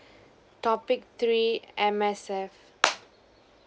topic three M_S_F